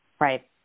right